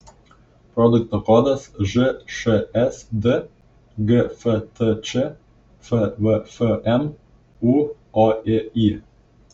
produkto kodas žšsd gftč fvfm ūoiy